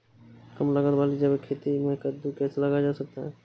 कम लागत वाली जैविक खेती में कद्दू कैसे लगाया जा सकता है?